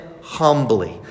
humbly